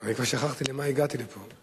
אני כבר שכחתי למה הגעתי לפה.